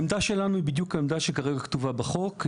העמדה שלנו היא בדיוק העמדה שכרגע כתובה בחוק.